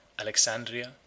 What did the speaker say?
alexandria